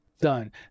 done